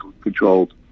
controlled